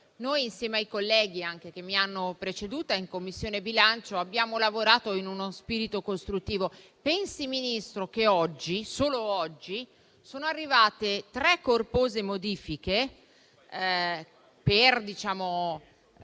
Noi, insieme ai colleghi che mi hanno preceduta, in Commissione bilancio abbiamo lavorato in uno spirito costruttivo. Pensi, signor Ministro, che solo oggi sono arrivate tre corpose modifiche per